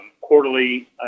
quarterly